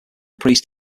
priest